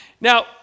Now